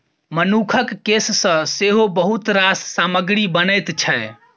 मनुखक केस सँ सेहो बहुत रास सामग्री बनैत छै